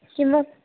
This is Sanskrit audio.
किमपि